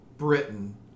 Britain